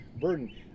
burden